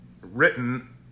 written